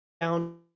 down